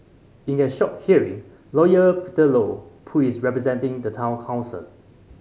in a short hearing Lawyer Peter Low who is representing the Town Council